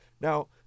Now